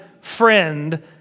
friend